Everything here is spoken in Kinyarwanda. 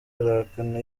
arahakana